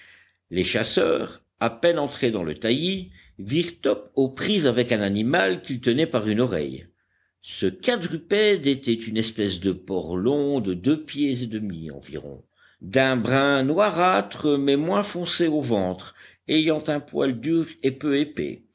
les chasseurs à peine entrés dans le taillis virent top aux prises avec un animal qu'il tenait par une oreille ce quadrupède était une espèce de porc long de deux pieds et demi environ d'un brun noirâtre mais moins foncé au ventre ayant un poil dur et peu épais